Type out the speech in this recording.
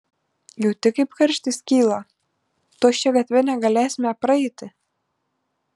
jauti kaip karštis kyla tuoj šia gatve negalėsime praeiti